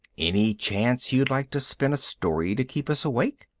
any chance you'd like to spin a story to keep us awake?